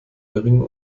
geringem